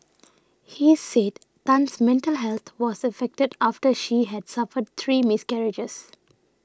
he said Tan's mental health was affected after she had suffered three miscarriages